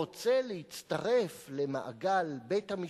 רוצה להצטרף למעגל בית-המשפט,